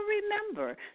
remember